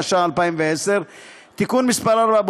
התש"ע 2010. תיקון מס' 4,